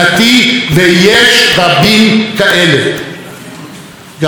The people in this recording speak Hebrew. גם אני לא נאמן לעסקת החבילה המקובלת,